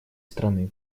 страны